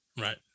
Right